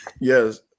yes